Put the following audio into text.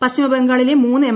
പശ്ചിമബംഗാളിലെ മൂന്ന് എം